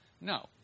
No